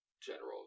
general